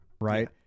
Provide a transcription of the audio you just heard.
Right